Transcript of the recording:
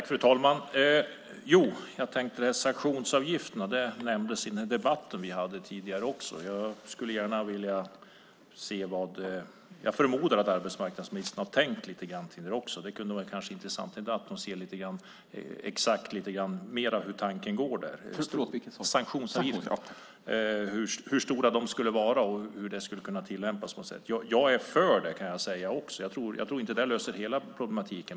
Fru talman! Sanktionsavgifterna nämndes även i den debatt som vi hade tidigare. Jag förmodar att arbetsmarknadsministern har tänkt lite grann på detta också. Det skulle vara intressant att få veta lite mer exakt hur tankarna går där. Hur stora skulle de vara, och hur skulle de tillämpas? Jag är för sanktionsavgifter, kan jag säga. Jag tror inte att de löser hela problematiken.